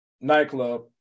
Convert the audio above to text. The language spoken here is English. nightclub